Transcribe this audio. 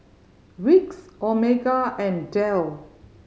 Vicks Omega and Dell